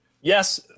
Yes